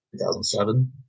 2007